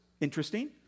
interesting